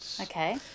Okay